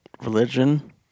religion